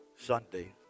Sunday